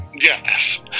Yes